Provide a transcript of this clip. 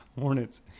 Hornets